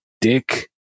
Dick